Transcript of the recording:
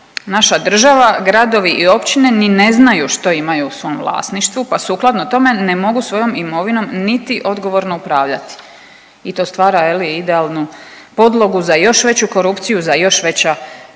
Naša država, gradovi i općine ni ne znaju što imaju u svom vlasništvu, pa sukladno tome ne mogu svojom imovinom niti odgovorno upravljati i to stvara je li idealnu podlogu za još veću korupciju, za još veća